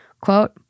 quote